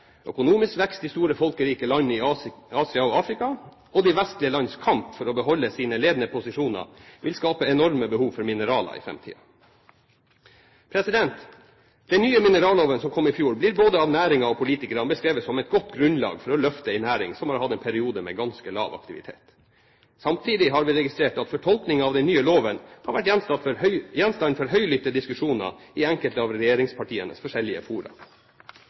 økonomisk vekst i store, folkerike land i Asia og Afrika og de vestlige lands kamp for å beholde sine ledende posisjoner vil skape enorme behov for mineraler i framtiden. Den nye mineralloven som kom i fjor, blir både av næringen og av politikerne beskrevet som et godt grunnlag for å løfte en næring som har hatt en periode med ganske lav aktivitet. Samtidig har vi registrert at fortolkningen av den nye loven har vært gjenstand for høylytte diskusjoner i enkelte av regjeringspartienes forskjellige fora.